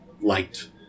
liked